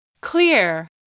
Clear